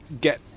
get